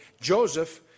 Joseph